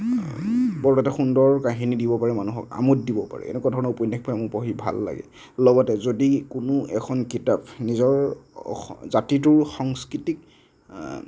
বৰ এটা সুন্দৰ কাহিনী দিব পাৰে মানুহক আমোদ দিব পাৰে এনেকুৱা ধৰণৰ উপন্যাস পঢ়ি মোৰ ভাল লাগে লগতে যদি কোনো এখন কিতাপ নিজৰ জাতিটোৰ সংস্কৃতিক